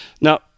now